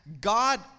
God